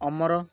ଅମର